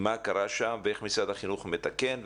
מה קרה שם ואיך משרד החינוך מתקן.